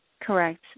Correct